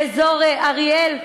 באזור אריאל.